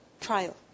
trial